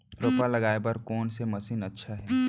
रोपा लगाय बर कोन से मशीन अच्छा हे?